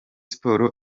sports